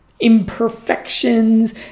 imperfections